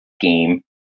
game